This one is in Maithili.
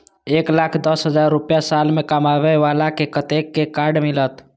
एक लाख दस हजार रुपया साल में कमाबै बाला के कतेक के कार्ड मिलत?